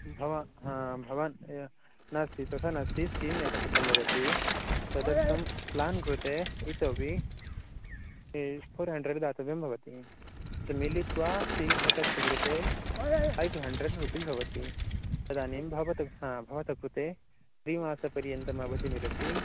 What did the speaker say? भव ह भवान् ए नास्ति तथा नास्ति सीम् एकशतं भवति तदर्थं प्लान् कृते इतोपि ए फ़ोर् हण्ड्रेड् दातव्यं भवति त् मिलित्वा सिम् एकस्य कृते फ़ैव् हण्ड्रेड् रुपीस् भवति तदानीं भवतु हा भवतः कृते द्विमासपर्यन्तम् अवधिः मिलति